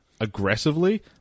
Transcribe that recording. aggressively